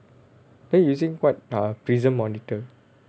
are you using what err Prism monitor